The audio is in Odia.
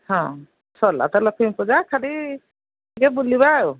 ହଁ ସରିଲା ତ ଲକ୍ଷ୍ମୀ ପୂଜା ଖାଲି ଟିକେ ବୁଲିବା ଆଉ